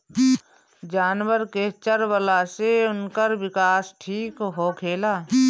जानवर के चरवला से उनकर विकास ठीक होखेला